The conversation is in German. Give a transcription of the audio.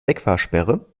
wegfahrsperre